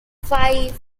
five